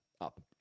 up